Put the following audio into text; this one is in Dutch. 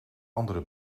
andere